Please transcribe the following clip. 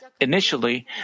Initially